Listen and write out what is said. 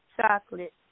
chocolate